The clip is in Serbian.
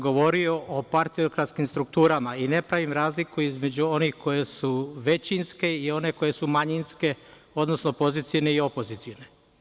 Govorio sam o partijskim strukturama i ne pravim razliku između onih koje su većinske i one koje su manjinske, odnosno pozicione i opozicione.